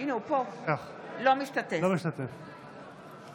אינו משתתף בהצבעה